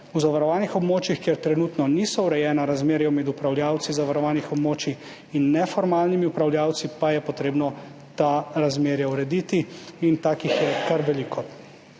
na zavarovanih območjih, kjer trenutno niso urejena razmerja med upravljavci zavarovanih območij in neformalnimi upravljavci, pa je potrebno ta razmerja urediti, in takih je kar veliko.